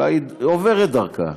אלא היא עוברת דרכה.